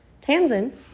Tamsin